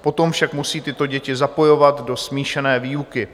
Potom však musí tyto děti zapojovat do smíšené výuky.